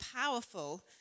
powerful